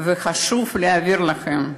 חשוב להעביר לכם: